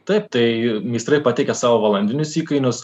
taip tai meistrai pateikė savo valandinius įkainius